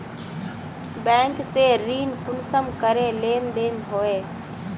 Bank से ऋण कुंसम करे लेन देन होए?